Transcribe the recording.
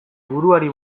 buruari